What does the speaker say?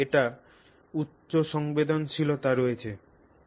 তবে এটির উচ্চ সংবেদনশীলতা রয়েছে